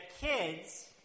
kids